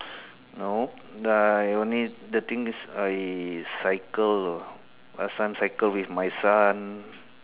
no I only the things I cycle last time cycle with my son